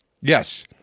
Yes